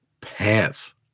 Pants